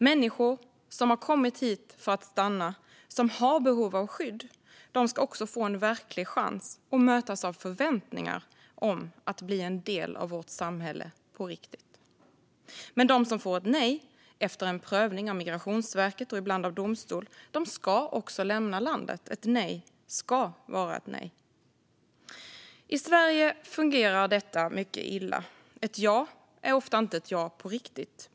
Människor som har kommit hit för att stanna och som har behov av skydd ska också få en verklig chans och mötas av förväntningar om att bli en del av vårt samhälle på riktigt. Men de som får ett nej, efter en prövning av Migrationsverket och ibland av domstol, ska också lämna landet. Ett nej ska vara ett nej. I Sverige fungerar detta mycket illa. Ett ja är ofta inte ett ja på riktigt.